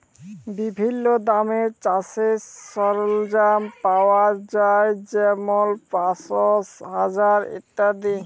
বিভিল্ল্য দামে চাষের সরল্জাম পাউয়া যায় যেমল পাঁশশ, হাজার ইত্যাদি